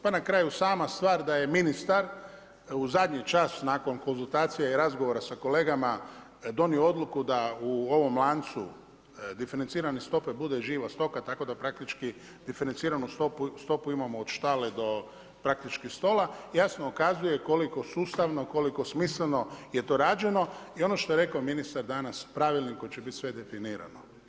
Pa na kraju, sama stvar da je ministar u zadnji čas nakon konzultacija i razgovora sa kolegama donio odluku da u ovom lancu diferencirane stope bude živa stoka tako da praktički diferenciranu stopu imamo od štale do praktički stola, jasno ukazuje koliko sustavno, koliko smisleno je to rađeno i ono što je rekao ministar danas pravilnik kojim će biti sve definirano.